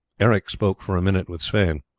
eric spoke for a minute with sweyn.